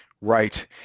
right